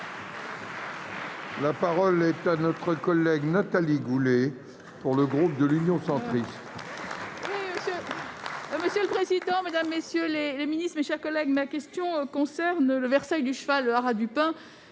La parole est à Mme Nathalie Goulet, pour le groupe Union Centriste. Monsieur le président, mesdames, messieurs les ministres, mes chers collègues, ma question concerne le Versailles du cheval, le Haras